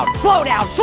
slow down.